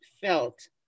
felt